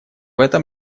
этом